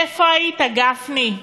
איפה היית, גפני?